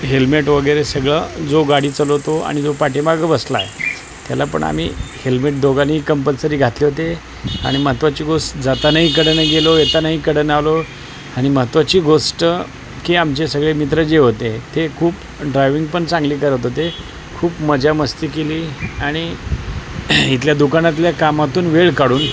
helmet वगैरे सगळं जो गाडी चालवतो आणि जो पाठीमागं बसला आहे त्याला पण आम्ही हेल्मेट दोघांनीही कंपल्सरी घातले होते आणि महत्त्वाची गोष्ट जातानाही कडेनं गेलो येतानाही कडेनं आलो आणि महत्त्वाची गोष्ट की आमचे सगळे मित्र जे होते ते खूप ड्रायविंग पण चांगली करत होते खूप मजा मस्ती केली आणि इथल्या दुकानातल्या कामातून वेळ काढून